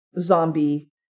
zombie